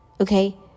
Okay